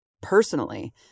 personally